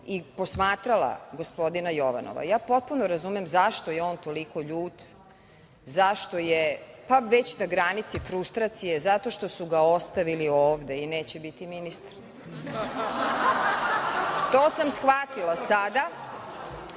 i posmatrala gospodina Jovanova. Ja potpuno razumem zašto je on toliko ljut, zašto je, pa već na granici frustracije, zato što su ga ostavili ovde i neće biti ministar. To sam shvatila sada